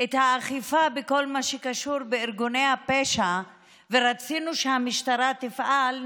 את האכיפה בכל מה שקשור בארגוני הפשע ורצינו שהמשטרה תפעל,